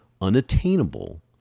unattainable